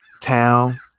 town